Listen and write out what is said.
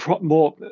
more